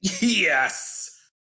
Yes